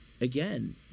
again